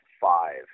Five